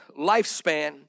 lifespan